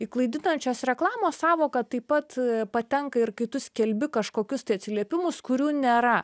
į klaidinančios reklamos sąvoką taip pat patenka ir kai tu skelbi kažkokius tai atsiliepimus kurių nėra